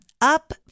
up